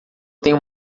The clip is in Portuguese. tenho